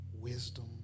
wisdom